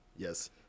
Yes